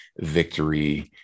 victory